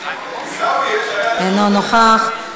אינו נוכח,